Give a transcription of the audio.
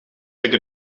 take